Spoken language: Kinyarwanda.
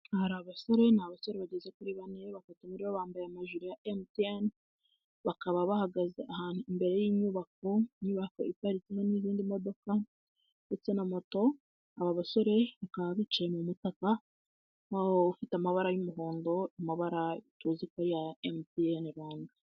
Hari abasore ni abasore bageze kuri bane, batatu muri bo bambaye amajire ya MTN bakaba bahagaze imbere y'inyubako, inyubako iparitseho n'izindi modoka ndetse na moto, aba basore bakaba bicaye mu mutaka ufite amabara y'umuhondo, amabara tuziko ari aya MTN Rwanda.